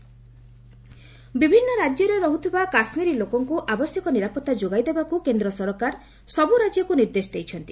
MHA Kashmir ବିଭିନ୍ନ ରାଜ୍ୟରେ ରହୁଥିବା କାଶ୍ମୀରୀ ଲୋକଙ୍କୁ ଆବଶ୍ୟକ ନିରାପତ୍ତା ଯୋଗାଇ ଦେବାକୁ କେନ୍ଦ୍ର ସରକାର ସବୁ ରାଜ୍ୟକୁ ନିର୍ଦ୍ଦେଶ ଦେଇଛନ୍ତି